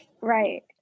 Right